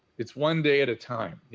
it's one day at a time,